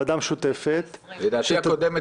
ועדה משותפת --- לדעתי בכנסת הקודמת,